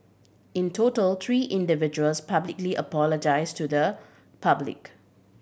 in total three individuals publicly apologised to the public